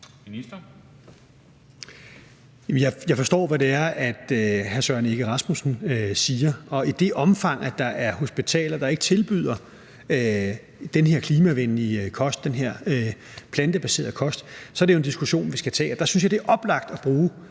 Jeg forstår, hvad hr. Søren Egge Rasmussen siger, og i det omfang, der er hospitaler, der ikke tilbyder den her klimavenlige kost, den her plantebaserede kost, er det jo en diskussion, vi skal tage. Der synes jeg, det er oplagt at bruge